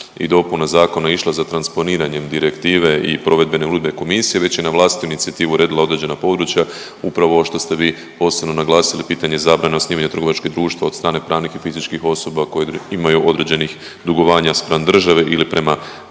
i dopuna zakona išla za transponiranjem direktive i provedbe unutar Komisije već je na vlastitu inicijativu uredila određena područja upravo što ste vi posebno naglasili pitanje zabrana osnivanja trgovačkih društava od strane pravnih i fizičkih osoba koje imaju određenih dugovanja spram države ili prema